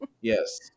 Yes